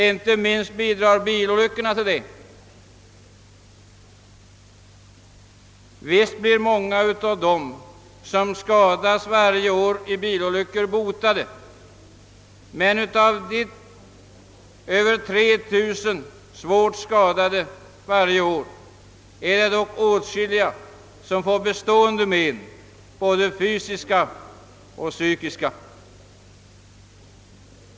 Inte minst bidrar bilolyckorna härtill. Visst blir många av dem som skadas i bilolyckor botade, men av de över 3 000 personer som varje år skadas svårt i trafiken är det dock åtskilliga som får bestående men av både fysiskt och psykiskt slag.